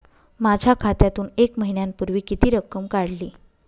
माझ्या खात्यातून एक महिन्यापूर्वी किती रक्कम काढली?